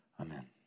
Amen